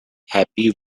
happy